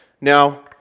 Now